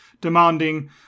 demanding